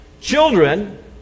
Children